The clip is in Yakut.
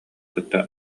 кытта